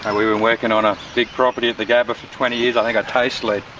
and we've been working on a big property at the gabba for twenty years. i think i taste lead.